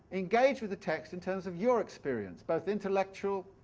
engage with the text in terms of your experience, both intellectual,